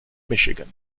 michigan